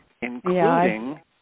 including